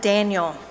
Daniel